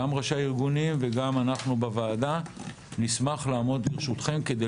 גם ראשי הארגונים וגם אנחנו בוועדה נשמח לעמוד לרשותכם כדי